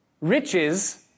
riches